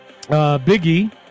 Biggie